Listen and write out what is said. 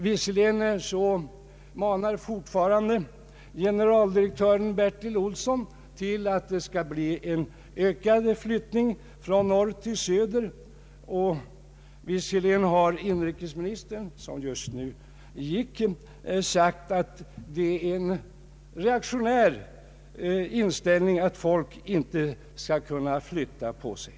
Visserligen manar fortfarande generaldirektör Bertil Olsson till en ökad flyttning från norr till söder, och visserligen har inrikesministern — som just nu gick — sagt att det är en reaktionär inställning att folk inte skall flytta på sig.